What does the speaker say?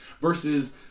Versus